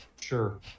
sure